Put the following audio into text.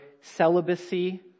celibacy